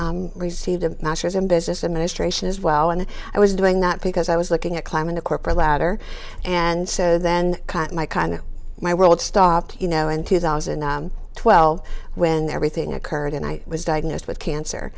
and received a master's in business administration as well and i was doing that because i was looking at climbing the corporate ladder and so then caught my kind of my world stopped you know in two thousand and twelve when everything occurred and i was diagnosed with cancer